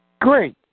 Great